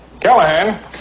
Callahan